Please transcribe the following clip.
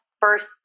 first